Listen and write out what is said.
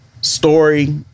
story